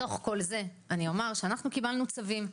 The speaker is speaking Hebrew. בתוך כל זה אני אומר שאנחנו קיבלנו צווים.